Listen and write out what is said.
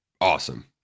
Awesome